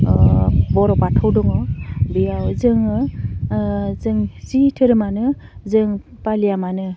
ओह बर' बाथौ दङ बेयाव जोङो ओह जों जि धोरोमानो जों फालिया मानो